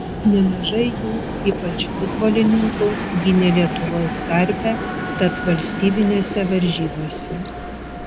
nemažai jų ypač futbolininkų gynė lietuvos garbę tarpvalstybinėse varžybose